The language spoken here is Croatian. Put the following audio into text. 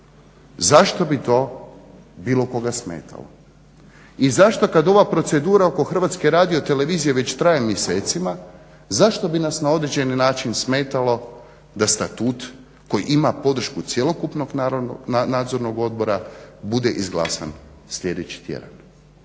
zašto bi to bilo koga smetalo? I zašto kada ova procedura oko HRT-a već traje mjesecima zašto bi nas na određeni način smetalo da statut koji ima podršku cjelokupnog nadzornog odbora bude izglasan sljedeći tjedan?